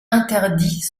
interdits